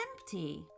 empty